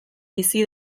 bizi